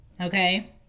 Okay